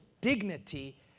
dignity